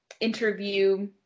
interview